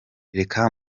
reka